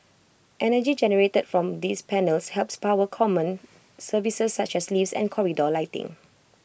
energy generated from these panels helps power common services such as lifts and corridor lighting